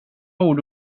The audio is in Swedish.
ord